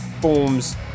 forms